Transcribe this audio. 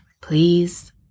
please